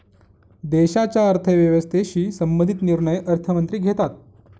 देशाच्या अर्थव्यवस्थेशी संबंधित निर्णय अर्थमंत्री घेतात